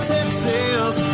Texas